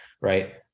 right